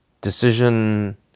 decision